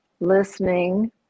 listening